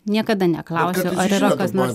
niekada neklausiu ar yra kas nors